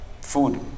food